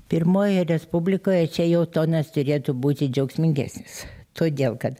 pirmojoje respublikoje čia jau tonas turėtų būti džiaugsmingesnis todėl kad